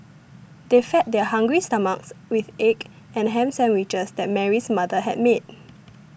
they fed their hungry stomachs with the egg and ham sandwiches that Mary's mother had made